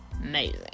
amazing